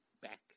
back